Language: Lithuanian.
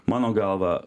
mano galva